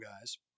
guys